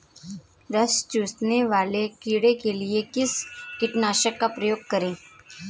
रस चूसने वाले कीड़े के लिए किस कीटनाशक का प्रयोग करें?